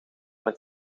met